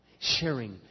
sharing